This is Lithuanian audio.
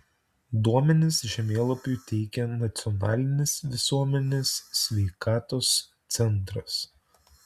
duomenis žemėlapiui teikia nacionalinis visuomenės sveikatos centras